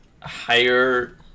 Higher